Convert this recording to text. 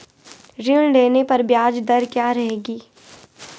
ऋण लेने पर ब्याज दर क्या रहेगी?